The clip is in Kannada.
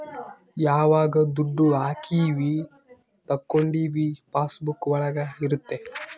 ಯಾವಾಗ ದುಡ್ಡು ಹಾಕೀವಿ ತಕ್ಕೊಂಡಿವಿ ಪಾಸ್ ಬುಕ್ ಒಳಗ ಇರುತ್ತೆ